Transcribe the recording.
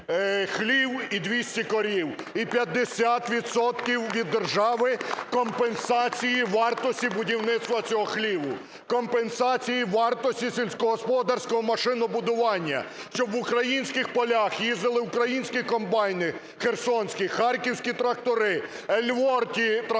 хлів і 200 корів, і 50 відсотків від держави компенсації вартості будівництва цього хліву, компенсації вартості сільськогосподарського машинобудування, щоб в українських полях їздили українські комбайни херсонські, харківські трактори, "Ельворті" трактори,